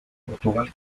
portugal